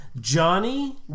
Johnny